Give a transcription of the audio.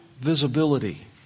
visibility